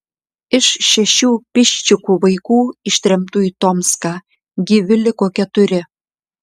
iš šešių piščikų vaikų ištremtų į tomską gyvi liko keturi